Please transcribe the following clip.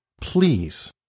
please